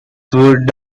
would